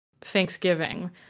Thanksgiving